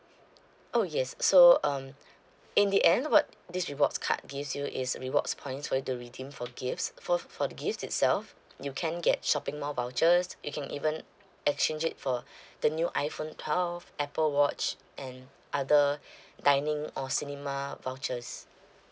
oh yes so um in the end what this rewards card gives you is rewards points for you to redeem for gifts for for the gifts itself you can get shopping mall vouchers you can even exchange it for the new iPhone twelve apple watch and other dining or cinema vouchers